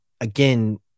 again